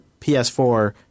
PS4